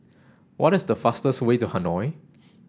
what is the fastest way to Hanoi